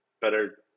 better